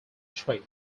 trait